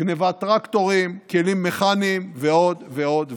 גנבת טרקטורים, כלים מכניים ועוד ועוד ועוד.